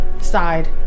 side